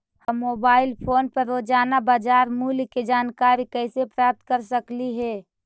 हम mobile phone पर रोजाना बाजार मूल्य के जानकारी कैसे प्राप्त कर सकली हे?